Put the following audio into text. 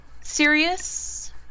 serious